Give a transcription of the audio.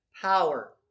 power